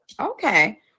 okay